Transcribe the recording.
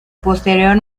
posterior